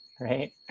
right